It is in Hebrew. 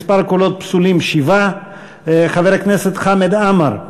מספר הקולות הפסולים, 7. חבר הכנסת חמד עמאר: